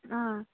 ꯑꯥ